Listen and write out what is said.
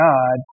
God